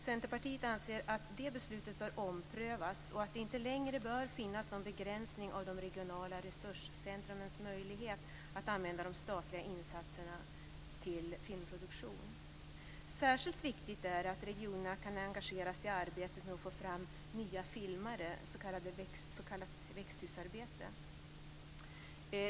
Centerpartiet anser att det beslutet bör omprövas och att det inte längre bör finnas någon begränsning av de regionala resurscentrumens möjlighet att använda de statliga insatserna till filmproduktion. Särskilt viktigt är det att regionerna kan engageras i arbetet med att få fram nya filmare, s.k. växthusarbete.